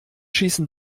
schießen